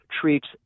treats –